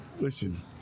listen